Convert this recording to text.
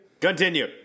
Continue